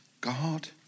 God